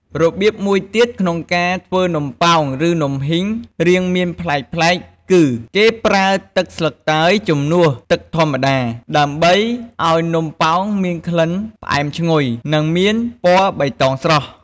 របៀបមួយទៀតក្នុងការធ្វើនំប៉ោង ឬ នំហុីងរាងមានប្លែកៗគឺ គេប្រើទឹកស្លឹកតើយជំនួសទឹកធម្មតា ដើម្បីឱ្យនំប៉ោងមានក្លិនផ្អែមឈ្ងុយ និងមានពណ៌បៃតងស្រស់។